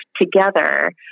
together